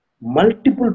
Multiple